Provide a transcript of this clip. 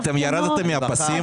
תגידו, אתם ירדתם מהפסים?